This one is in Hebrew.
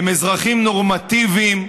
הם אזרחים נורמטיביים,